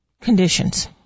conditions